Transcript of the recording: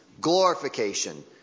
Glorification